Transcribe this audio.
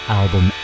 album